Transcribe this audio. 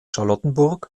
charlottenburg